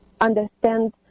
understand